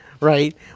Right